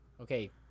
okay